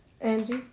Angie